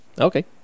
okay